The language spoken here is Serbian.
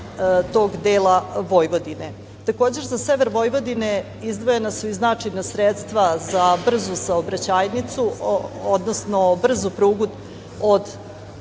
tog dela Vojvodine. Takođe, za sever Vojvodine izdvojena su i značajna sredstva za brzu saobraćajnicu, odnosno brzu prugu od